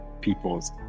people's